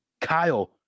Kyle